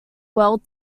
world